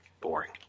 boring